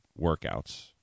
workouts